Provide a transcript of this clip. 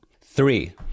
Three